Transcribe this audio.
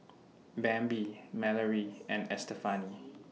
Bambi Malorie and Estefani